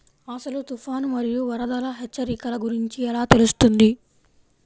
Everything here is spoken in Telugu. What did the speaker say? అసలు తుఫాను మరియు వరదల హెచ్చరికల గురించి ఎలా తెలుస్తుంది?